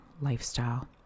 lifestyle